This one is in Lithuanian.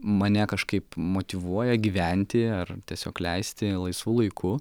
mane kažkaip motyvuoja gyventi ar tiesiog leisti laisvu laiku